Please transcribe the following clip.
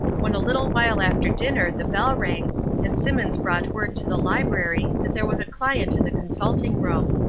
when a little while after dinner the bell rang and simmons brought word to the library that there was a client in the consulting-room.